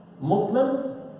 Muslims